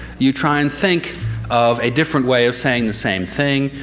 you try and think of a different way of saying the same thing,